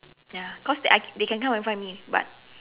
ya cause they can come and find me but